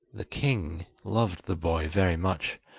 the king loved the boy very much,